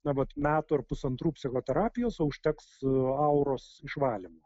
na vat metų ar pusantrų psichoterapijos o užteks auros išvalymo